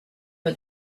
for